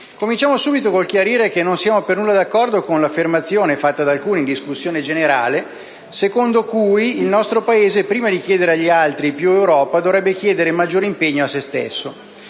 Cominciamo subito con il chiarire che non siamo per nulla d'accordo con l'affermazione, fatta da alcuni colleghi in discussione generale, secondo cui il nostro Paese prima di chiedere agli altri più Europa dovrebbe chiedere maggiore impegno a se stesso.